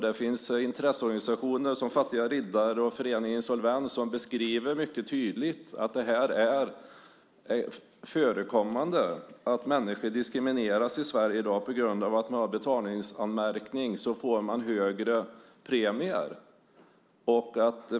Det finns intresseorganisationer som Fattiga Riddare och föreningen Insolvens, som mycket tydligt beskriver att det förekommer att människor diskrimineras i Sverige i dag. På grund av att man har betalningsanmärkning får man högre premier.